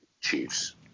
Chiefs